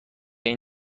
این